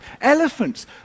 elephants